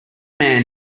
man